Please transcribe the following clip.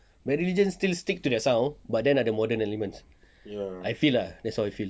bad religion still stick to that sound but then ada modern element I feel ah that's how I feel